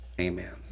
amen